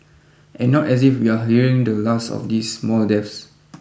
and not as if we are hearing the last of these mall deaths